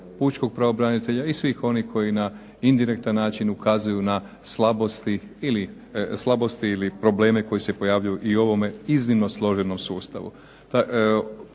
Pučkog pravobranitelja i svih onih koji na indirektan način ukazuju na slabosti ili probleme koji se pojavljuju u ovome iznimno složenom sustavu.